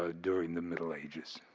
ah during the middle ages.